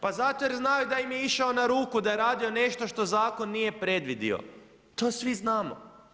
Pa zato jer znaju da im je išao na ruku, da je radio nešto što zakon nije predvidio, to svi znamo.